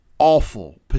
Awful